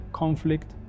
conflict،